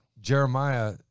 Jeremiah